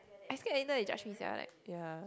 I scared later they judge me sia like ya